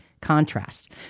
contrast